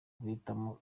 guhitamo